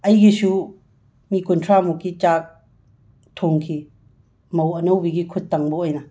ꯑꯩꯒꯤꯁꯨ ꯃꯤ ꯀꯨꯟꯊ꯭ꯔꯥꯃꯨꯛꯀꯤ ꯆꯥꯛ ꯊꯣꯡꯈꯤ ꯃꯧ ꯑꯅꯧꯕꯤꯒꯤ ꯈꯨꯠ ꯇꯪꯕ ꯑꯣꯏꯅ